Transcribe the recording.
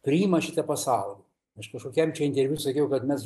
priima šitą pasaulį aš kažkokiam čia interviu sakiau kad mes